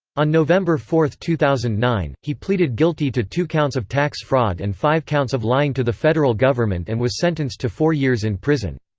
on november four, two thousand and nine, he pleaded guilty to two counts of tax fraud and five counts of lying to the federal government and was sentenced to four years in prison.